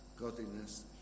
godliness